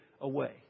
away